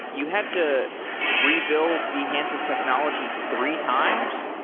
you had to rebuild behance's technology three times?